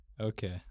Okay